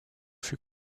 fut